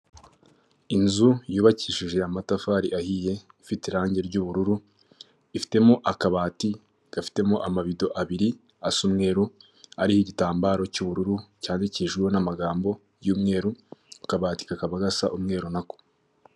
Imodoka yo mu bwoko bwa dayihatsu yifashishwa mu gutwara imizigo ifite ibara ry'ubururu ndetse n'igisanduku cy'ibyuma iparitse iruhande rw'umuhanda, aho itegereje gushyirwamo imizigo. Izi modoka zikaba zifashishwa mu kworoshya serivisi z'ubwikorezi hirya no hino mu gihugu. Aho zifashishwa mu kugeza ibintu mu bice bitandukanye by'igihugu.